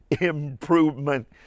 improvement